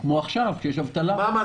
למשל עכשיו כשיש אבטלה.